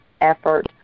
effort